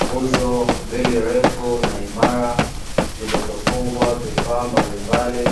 Nguzo mbili refu na imara zilizofungwa vifaa mbali mbali,